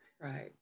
right